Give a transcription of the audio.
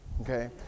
okay